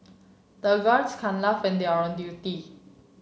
the guards can't laugh and they are on duty